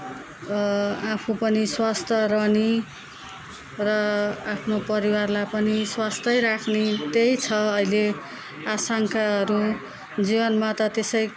आफू पनि स्वस्थ रहने र आफ्नो परिवारलाई पनि स्वस्थै राख्ने त्यही छ अहिले आशङ्काहरू जीवनमा त त्यसै